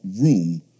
room